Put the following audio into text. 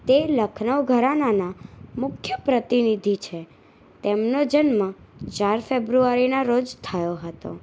તે લખનઉ ઘરાનાના મુખ્ય પ્રતિનિધિ છે તેમનો જન્મ ચાર ફેબ્રુઆરીના રોજ થયો હતો